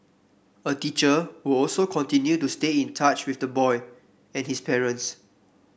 a teacher will also continue to stay in touch with the boy and his parents